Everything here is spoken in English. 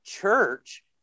church